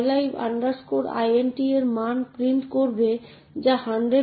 সুতরাং ইন্টারাপ্টগুলি সময়সূচীকারীরা কনটেক্সট স্যুইচিং পেতে ব্যবহার করতে পারে